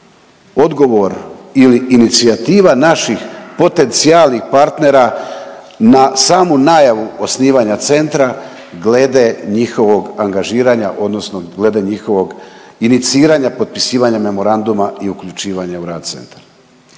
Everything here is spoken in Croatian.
odgovor ili inicijativa naših potencijalnih partnera na samu najavu osnivanja centra glede njihovog angažiranja odnosno glede njihovog iniciranja potpisivanja memoranduma i uključivanja u rad centra.